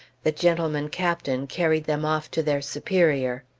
the gentleman captain carried them off to their superior.